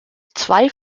zwei